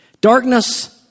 Darkness